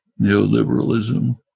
neoliberalism